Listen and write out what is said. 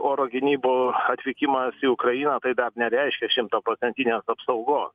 oro gynybų atvykimas į ukrainą dar nereiškia šimtaprocentinės apsaugos